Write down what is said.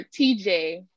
TJ